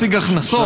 להשיג הכנסות,